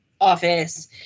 office